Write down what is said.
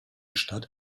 stadt